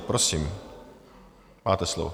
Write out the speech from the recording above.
Prosím, máte slovo.